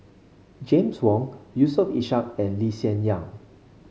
James Wong Yusof Ishak and Lee Hsien Yang